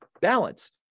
balance